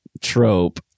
trope